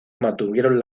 mantuvieron